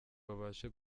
babashe